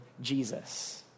Jesus